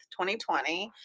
2020